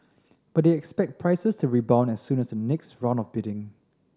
but they expect prices rebound as soon as the next round of bidding